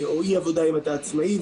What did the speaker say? או אי עבודה אם אתה עצמאי.